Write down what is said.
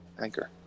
Anchor